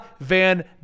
Van